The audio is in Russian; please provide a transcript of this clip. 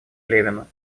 левина